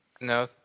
no